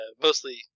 mostly